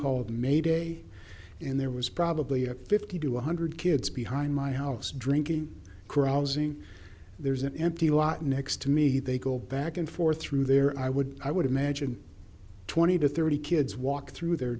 called mayday and there was probably a fifty to one hundred kids behind my house drinking carousing there's an empty lot next to me they go back and forth through there i would i would imagine twenty to thirty kids walk through there